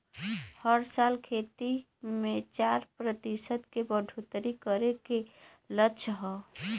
हर साल खेती मे चार प्रतिशत के बढ़ोतरी करे के लक्ष्य हौ